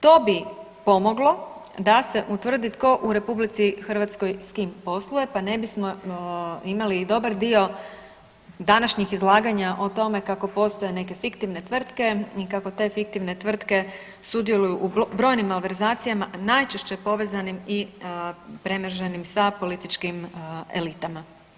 To bi pomoglo da se utvrdi tko u RH s kim posluje pa ne bismo imali i dobar dio današnjih izlaganja o tome kako postoje neke fiktivne tvrtke ni kako te fiktivne tvrtke sudjeluju u brojnim malverzacijama najčešće povezanim i premreženim sa političkim elitama.